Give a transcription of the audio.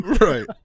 Right